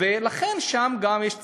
ולכן שם גם יש צורך,